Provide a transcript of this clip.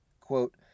Quote